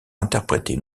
interpréter